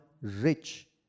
rich